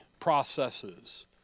Processes